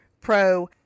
pro